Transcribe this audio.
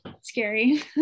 scary